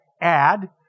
Add